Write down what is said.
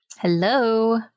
Hello